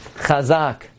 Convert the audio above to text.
Chazak